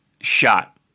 shot